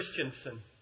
Christensen